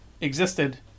existed